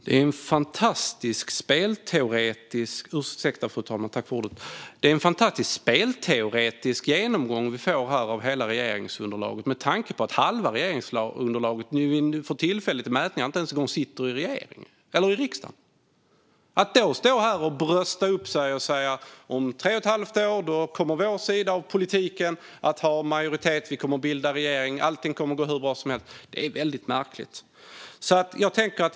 Fru talman! Det är en fantastisk spelteoretisk genomgång av hela regeringsunderlaget vi får här, med tanke på att halva regeringsunderlaget enligt mätningarna för tillfället inte ens kommer att sitta i riksdagen efter nästa val. Det är väldigt märkligt att då stå här och brösta upp sig och säga att ens sida av politiken kommer att ha majoritet och bilda regering om tre och ett halvt år och att allting kommer att gå hur bra som helst.